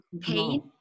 pain